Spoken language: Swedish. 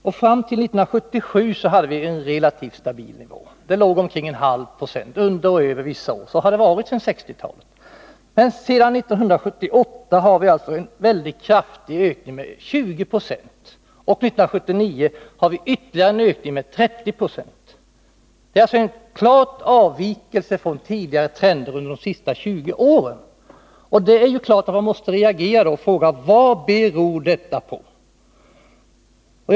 Fram till 1977 hade vi en relativt stabil nivå — det kunde röra sig om 0,5 90 av totalexporten under eller över denna nivå — och så har det varit sedan 1960-talet. Men sedan 1978 har vi alltså en väldigt kraftig ökning med 20 96. 1979 blev det ytterligare en ökning med 30 96. Det är alltså fråga om en klar avvikelse från trenden under de senaste 20 åren. Det är klart att man reagerar och frågar sig vad detta beror på.